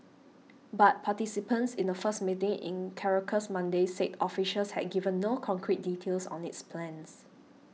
but participants in a first meeting in Caracas Monday said officials had given no concrete details on its plans